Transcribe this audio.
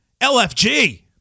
LFG